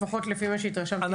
לפחות לפי מה שהתרשמתי מהדוח.